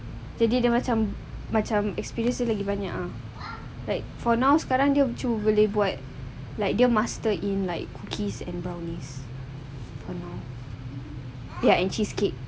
jadi dia macam macam experience dia lagi banyak like for now sekarang dia cuma boleh buat like dia master in like cookies and brownies for now ya and cheesecake